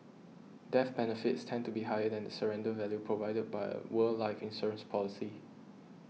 death benefits tend to be higher than the surrender value provided by a world life insurance policy